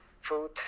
food